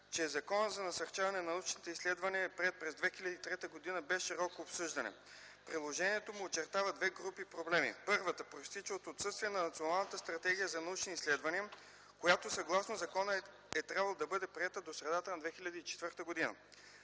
че Законът за насърчаване на научните изследвания е приет през 2003 г. без широко обсъждане. Приложението му очертава две групи проблеми. Първата произтича от отсъствието на Националната стратегия за научни изследвания, която съгласно закона е трябвало да бъде приета до средата на 2004 г.